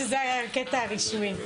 שזה הקטע הרשמי.